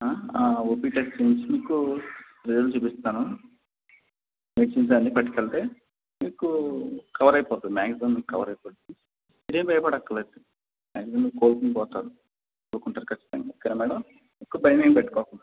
OP test నుంచి మీకు result చూపిస్తాను మెడిసిన్స్ అన్నీ పట్టుకెళ్తే మీకు కవర్ అయిపోతుంది మాక్సిమం మీకు కవర్ అయిపోతుంది ఏం భయపడక్కర్లేదు మాక్సిమం మీరు కోలుకుండిపోతారు కోలుకుంటారు ఖచ్చితంగా ఓకేనా మేడం ఎక్కువ భయమేం పెట్టుకోకండి